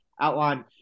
outlined